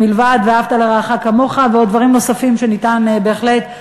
מלבד "ואהבת לרעך כמוך" ועוד דברים נוספים שאפשר בהחלט,